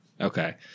Okay